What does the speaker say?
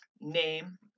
name